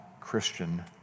Christian